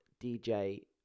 DJ